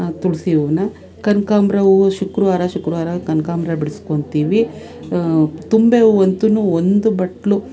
ಆ ತುಳಸಿ ಹೂನ ಕನಕಾಂಬ್ರ ಹೂವು ಶುಕ್ರವಾರ ಶುಕ್ರವಾರ ಕನಕಾಂಬ್ರ ಬಿಡ್ಸ್ಕೊಳ್ತೀವಿ ತುಂಬೆ ಹೂವು ಅಂತೂ ಒಂದು ಬಟ್ಲು